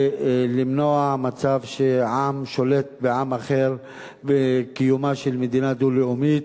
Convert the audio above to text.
כדי למנוע מצב שעם שולט בעם אחר וקיומה של מדינה דו-לאומית.